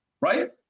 Right